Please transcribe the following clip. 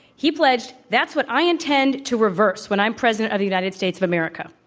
he pledged, that's what i intend to reverse when i'm president of the united states of america.